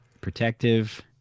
protective